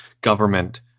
government